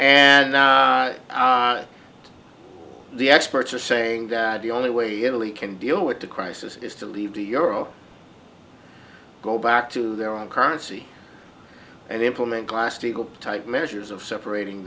and the experts are saying that the only way italy can deal with the crisis is to leave the euro go back to their own currency and implement glass steagall type measures of separating